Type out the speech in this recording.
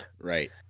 Right